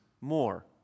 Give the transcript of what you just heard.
more